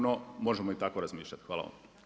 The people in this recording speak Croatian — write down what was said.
No, možemo i tako razmišljati.